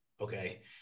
okay